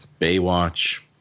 Baywatch